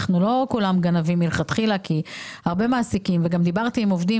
אנחנו לא כולם גנבים מלכתחילה כי הרבה מעסיקים גם דיברתי עם עובדים